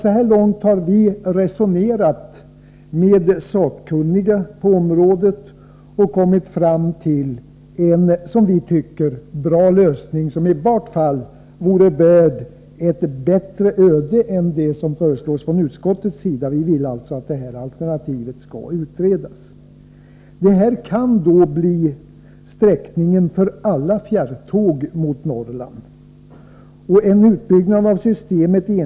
Så här långt har vi resonerat med sakkunniga på området. Vi har kommit fram till en som vi tycker bra lösning, som i varje fall är värd ett bättre öde än det som föreslås från utskottets sida. Vi vill alltså att vårt alternativ skall utredas.